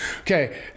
Okay